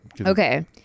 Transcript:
Okay